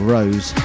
Rose